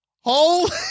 Holy